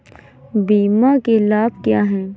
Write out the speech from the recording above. बीमा के लाभ क्या हैं?